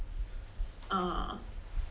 err